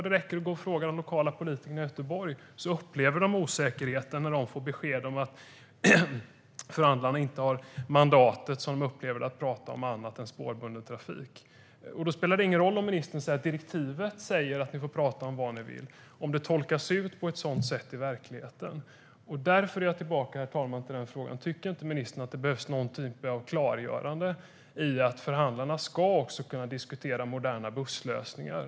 Det räcker med att fråga de lokala politikerna i Göteborg. De upplever en osäkerhet när de får beskedet att förhandlarna inte har mandat att hantera annat än spårbunden trafik. Då spelar det ingen roll om ministern säger att förhandlarna enligt direktivet kan diskutera vad de vill, om det inte tolkas så i verkligheten. Herr talman! Därför är jag tillbaka till frågan: Tycker ministern inte att det behövs någon typ av klargörande om att förhandlarna också ska kunna diskutera moderna busslösningar?